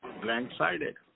blank-sided